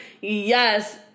yes